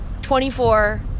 24